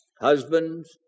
Husbands